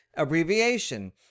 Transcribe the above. abbreviation